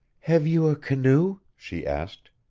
have you a canoe? she asked.